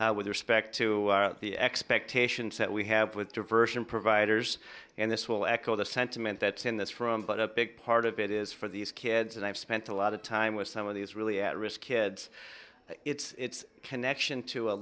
with respect to the expectations that we have with diversion providers and this will echo the sentiment that's in this from but a big part of it is for these kids and i've spent a lot of time with some of these really at risk kids its connection to a